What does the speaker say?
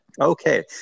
Okay